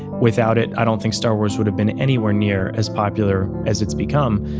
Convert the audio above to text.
without it, i don't think star wars would have been anywhere near as popular as it's become,